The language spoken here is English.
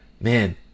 Man